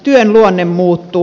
työn luonne muuttuu